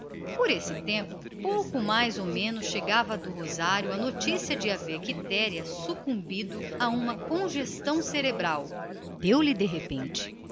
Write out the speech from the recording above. por essa época mais ou menos chegava do rosário a notícia de haver d quitéria sucumbido a uma congestão cerebral deu-lhe de repente